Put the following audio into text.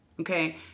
Okay